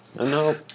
No